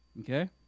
Okay